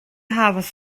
havas